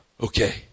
okay